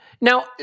Now